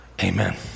Amen